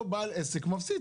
אותו בעל עסק מפסיד.